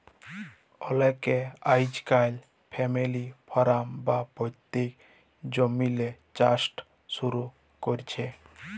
অলেকে আইজকাইল family farm বা পৈত্তিক জমিল্লে চাষট শুরু ক্যরছে